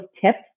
tips